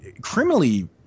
criminally